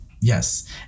Yes